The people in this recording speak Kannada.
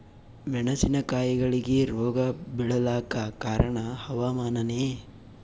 ಮೆಣಸಿನ ಕಾಯಿಗಳಿಗಿ ರೋಗ ಬಿಳಲಾಕ ಕಾರಣ ಹವಾಮಾನನೇ?